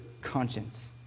conscience